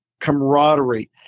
camaraderie